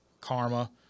Karma